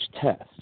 test